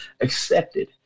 accepted